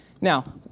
Now